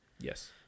Yes